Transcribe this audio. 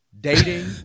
Dating